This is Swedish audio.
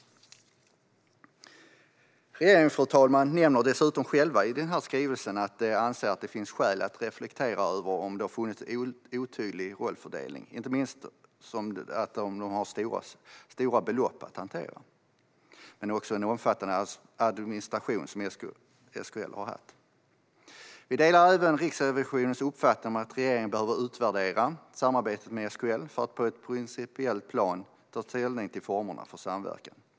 Fru talman! Regeringen nämner dessutom själv i denna skrivelse att den anser att det finns skäl att reflektera över om det har funnits en otydlig rollfördelning, inte minst eftersom det har handlat om att SKL har haft stora belopp att hantera och även en omfattande administration. Vi delar även Riksrevisionens uppfattning om att regeringen behöver utvärdera samarbetet med SKL för att på ett principiellt plan ta ställning till formerna för samverkan.